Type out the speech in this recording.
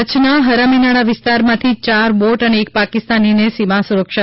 કચ્છનાં ફરામીનાળા વિસ્તારમાંથી યારબોટ અને એક પાકિસ્તાનીને સીમા સુરક્ષા